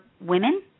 women